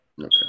Okay